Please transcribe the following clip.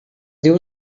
diu